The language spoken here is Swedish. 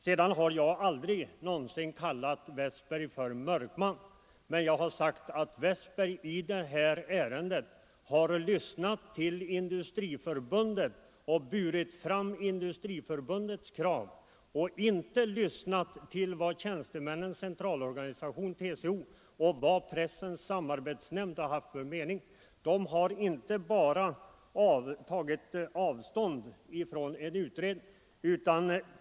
Sedan har jag aldrig någonsin kallat herr Westberg för mörkman. Men jag har sagt att herr Westberg i det här ärendet har lyssnat till Industriförbundet och burit fram Industriförbundets krav och inte lyssnat till vad TCO och Pressens samarbetsnämnd har haft för mening. Dessa organisationer har inte bara tagit avstånd från en utredning.